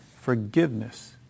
Forgiveness